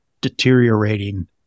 deteriorating